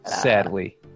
Sadly